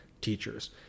teachers